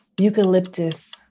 Eucalyptus